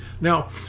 now